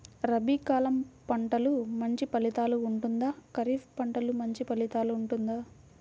రబీ కాలం పంటలు మంచి ఫలితాలు ఉంటుందా? ఖరీఫ్ పంటలు మంచి ఫలితాలు ఉంటుందా?